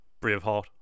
Braveheart